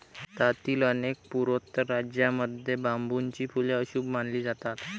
भारतातील अनेक पूर्वोत्तर राज्यांमध्ये बांबूची फुले अशुभ मानली जातात